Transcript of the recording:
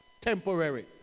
temporary